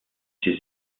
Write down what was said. ses